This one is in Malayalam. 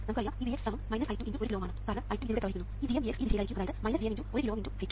നമുക്കറിയാം ഈ Vx സമം I2 x 1 കിലോΩ ആണ് കാരണം I2 ഇതിലൂടെ പ്രവഹിക്കുന്നു ഈ G m V x ഈ ദിശയിലായിരിക്കും അതായത് Gm × 1 കിലോΩ × I2